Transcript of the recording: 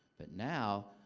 but now,